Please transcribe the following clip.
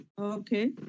Okay